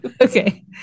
Okay